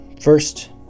First